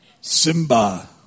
Simba